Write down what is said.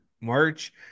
March